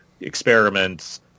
Experiments